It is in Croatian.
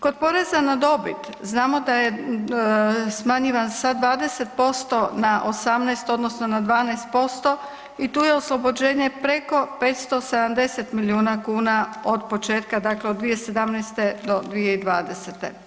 Kod poreza na dobit, znamo da je smanjivan sa 20% na 18% odnosno na 12% i tu je oslobođenje preko 570 milijuna kuna od početka, dakle od 2017. do 2020.